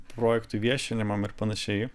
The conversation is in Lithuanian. projektų viešinimam ir panašiai